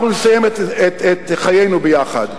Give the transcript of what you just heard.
אנחנו נסיים את חיינו יחד.